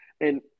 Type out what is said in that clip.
And-